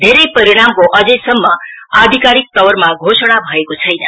धेरै परिणामको अझैसम्म आधिकारिक तवरमा घोषणा भएको छैन